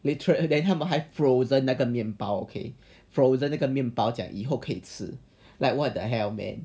literal then 他们还 frozen 那个面包 okay frozen 那个面包讲以后可以吃 like what the hell man